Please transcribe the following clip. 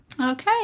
Okay